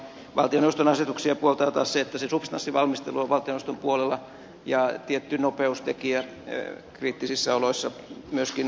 valtioneuvoston asetuksia puoltaa taas se että se substanssivalmistelu on valtioneuvoston puolella ollen tietty nopeustekijä kriittisissä oloissa myöskin sen kannalta